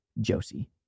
Josie